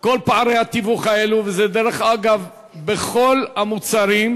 כל פערי התיווך האלו, וזה, דרך אגב, בכל המוצרים.